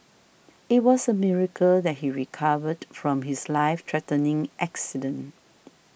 it was a miracle that he recovered from his life threatening accident